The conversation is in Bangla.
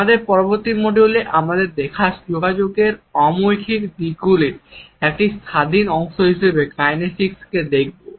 আমাদের পরবর্তী মডিউলে আমরা যোগাযোগের অমৌখিক দিকগুলির একটি স্বাধীন অংশ হিসাবে কাইনেসিক্সকে দেখব